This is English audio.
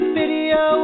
video